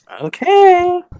Okay